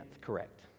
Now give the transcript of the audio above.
correct